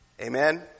Amen